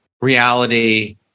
reality